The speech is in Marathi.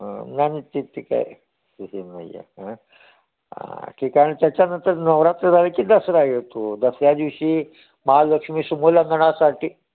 हं नाही मी तिथं ती काय हां ठीक आहे त्याच्यानंतर नवरात्र झालं की दसरा येतो दसऱ्या दिवशी महालक्ष्मी सीमोल्लंघनासाठी